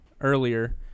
earlier